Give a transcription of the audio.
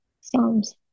songs